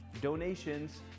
Donations